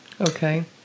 Okay